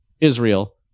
Israel